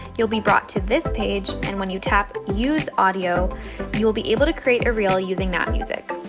you'll be brought to this page and when you tap you who's audio you'll be able to create a reel using that music,